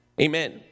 Amen